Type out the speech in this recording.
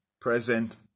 present